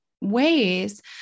ways